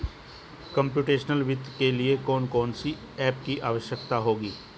Computational वित्त के लिए कौन कौन सी एप की आवश्यकता होगी?